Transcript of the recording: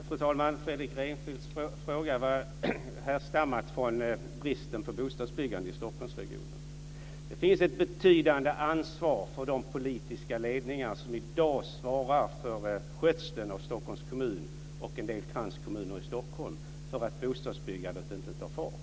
Fru talman! Fredrik Reinfeldts fråga härstammade från bristen på bostadsbyggande i Stockholmsregionen. Det finns ett betydande ansvar hos de politiska ledningar som i dag svarar för skötseln av Stockholms kommun och en del kranskommuner i Stockholm för att bostadsbyggandet inte tar fart.